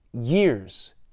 years